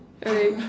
alright